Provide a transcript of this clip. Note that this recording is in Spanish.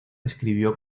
escribió